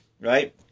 right